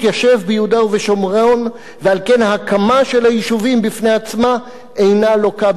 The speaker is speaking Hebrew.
ועל כן ההקמה של היישובים בפני עצמה אינה לוקה באי-חוקיות"; "בנייה,